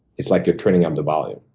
it's like you're turning up the volume,